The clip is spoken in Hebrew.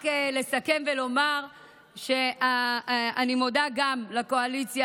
רק לסכם ולומר שאני מודה גם לקואליציה,